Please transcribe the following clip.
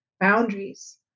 boundaries